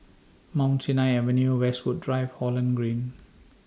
Mount Sinai Avenue Westwood Drive Holland Green